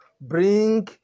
bring